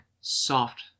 soft